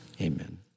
Amen